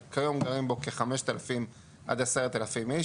כיום גרים בו כ-5000-10,000 איש.